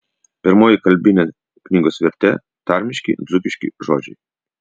pirmoji kalbinė knygos vertė tarmiški dzūkiški žodžiai